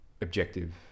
objective